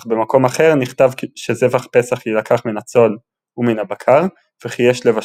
אך במקום אחר נכתב שזבח פסח יילקח מן הצאן ומן הבקר וכי יש לבשלו.